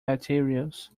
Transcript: materials